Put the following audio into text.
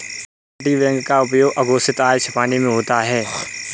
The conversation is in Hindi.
अपतटीय बैंक का उपयोग अघोषित आय छिपाने में होता है